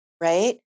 right